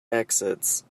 exits